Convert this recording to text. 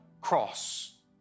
cross